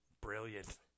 Brilliant